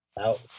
out